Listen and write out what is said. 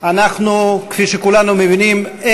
כפי שכולנו מבינים,